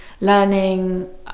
learning